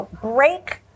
break